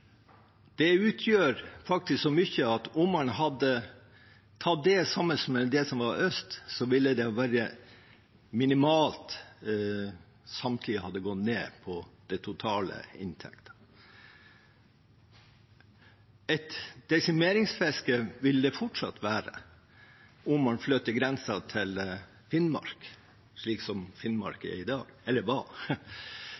det utgjør faktisk så mye at om man hadde tatt det sammen med det som var tatt i øst, ville det være minimalt samtlige hadde gått ned i total inntekt. Et desimeringsfiske vil det fortsatt være om man flytter grensen til Finnmark slik som Finnmark